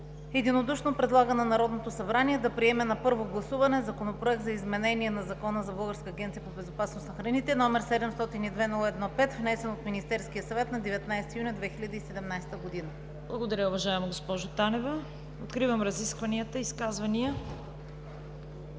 единодушно предлага на Народното събрание да приеме на първо гласуване Законопроект за изменение на Закона за Българската агенция по безопасност на храните, № 702-01-5, внесен от Министерския съвет на 19 юни 2017 г.“. ПРЕДСЕДАТЕЛ ЦВЕТА КАРАЯНЧЕВА: Благодаря, уважаема госпожо Танева. Откривам разискванията. Изказвания?